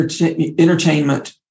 entertainment